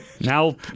Now